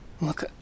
Look